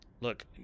Look